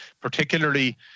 particularly